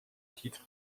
titre